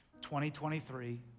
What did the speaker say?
2023